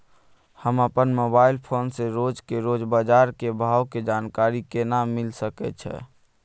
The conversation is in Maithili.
हम अपन मोबाइल फोन से रोज के रोज बाजार के भाव के जानकारी केना मिल सके छै?